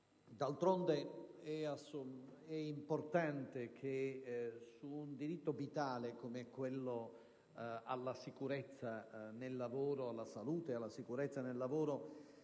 importante infatti che su un diritto vitale, come quello alla salute e alla sicurezza sul lavoro,